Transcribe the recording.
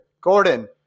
Gordon